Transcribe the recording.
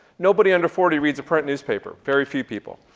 nobody under forty reads a print newspaper, very few people.